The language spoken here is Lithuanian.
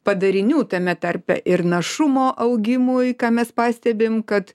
padarinių tame tarpe ir našumo augimui ką mes pastebim kad